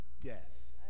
death